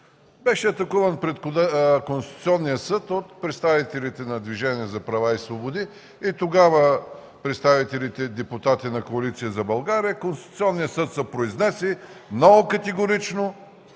Беше атакуван пред Конституционния съд от представители на Движението за права и свободи и представители, депутати от Коалиция за България. Конституционният съд се произнесе много категорично,